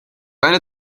eine